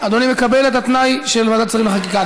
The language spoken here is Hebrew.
אדוני מקבל את התנאי של ועדת שרים לחקיקה?